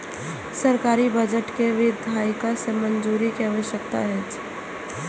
सरकारी बजट कें विधायिका सं मंजूरी के आवश्यकता होइ छै